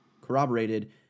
corroborated